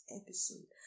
episode